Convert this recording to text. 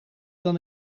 dan